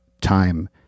time